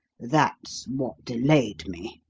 that's what delayed me.